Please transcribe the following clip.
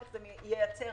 את יודעת לומר לי,